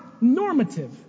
normative